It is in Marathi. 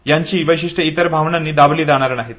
त्यांची वैशिष्ट्ये इतर भावनांनी दाबली जाणार नाहीत